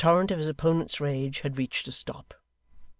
the torrent of his opponent's rage had reached a stop.